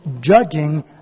judging